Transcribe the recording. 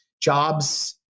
jobs